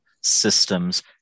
systems